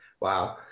wow